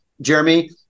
Jeremy